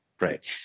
right